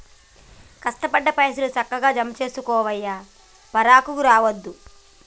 కష్టపడ్డ పైసలు, సక్కగ జమజేసుకోవయ్యా, పరాకు రావద్దు